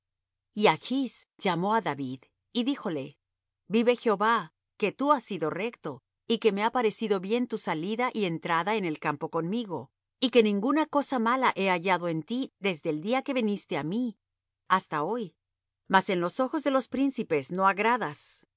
y achs llamó á david y díjole vive jehová que tú has sido recto y que me ha parecido bien tu salida y entrada en el campo conmigo y que ninguna cosa mala he hallado en ti desde el día que viniste á mí hasta hoy mas en los ojos de los príncipes no agradas